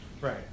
Right